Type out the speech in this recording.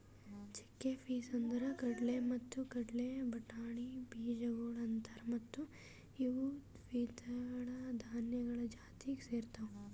chickpeas ಅಂದುರ್ ಕಡಲೆ ಮತ್ತ ಕಡಲೆ ಬಟಾಣಿ ಬೀಜಗೊಳ್ ಅಂತಾರ್ ಮತ್ತ ಇವು ದ್ವಿದಳ ಧಾನ್ಯಗಳು ಜಾತಿಗ್ ಸೇರ್ತಾವ್